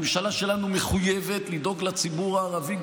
הממשלה שלנו מחויבת לדאוג לציבור הערבי,